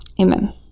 Amen